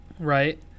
right